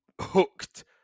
hooked